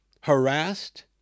harassed